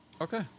Okay